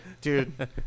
dude